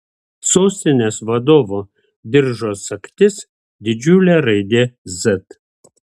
sostinės vadovo diržo sagtis didžiulė raidė z